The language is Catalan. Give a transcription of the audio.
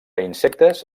insectes